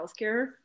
healthcare